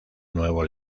nuevo